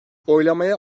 oylamaya